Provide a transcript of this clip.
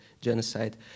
genocide